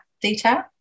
detail